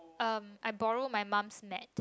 um I borrow my mum's mat